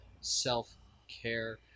self-care